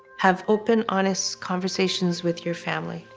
have open honest conversations with your family.